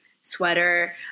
sweater